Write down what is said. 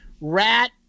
Rat